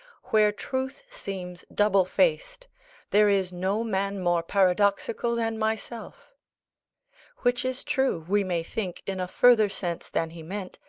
where truth seems double-faced, there is no man more paradoxical than myself which is true, we may think, in a further sense than he meant,